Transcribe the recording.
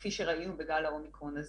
כפי שראינו בגל האומיקרון.